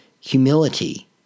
humility